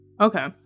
Okay